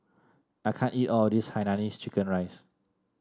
I can't eat all of this Hainanese Chicken Rice